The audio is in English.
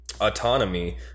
Autonomy